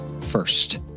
first